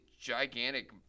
gigantic